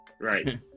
Right